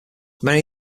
many